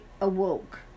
awoke